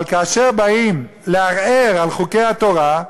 אבל כאשר באים לערער על חוקי התורה,